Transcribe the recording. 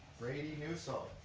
brady newsome.